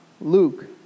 Luke